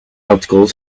articles